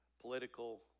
political